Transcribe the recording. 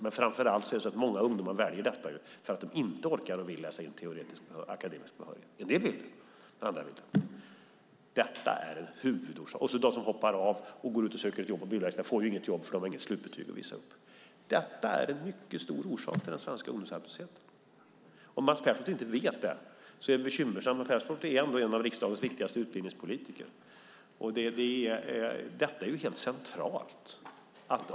Men framför allt väljer många ungdomar detta för att de inte orkar och vill läsa in en akademisk behörighet. En del vill det, men andra vill det inte. De som hoppar av och går ut och söker ett jobb på en bilverkstad får inget jobb, för de har inget slutbetyg att visa upp. Detta är en mycket stor orsak till den svenska ungdomsarbetslösheten. Om Mats Pertoft inte vet det är det bekymmersamt. Mats Pertoft är ändå en av riksdagens viktigaste utbildningspolitiker. Detta är helt centralt.